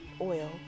oil